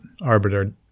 arbiter